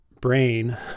brain